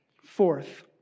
Fourth